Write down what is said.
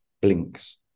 blinks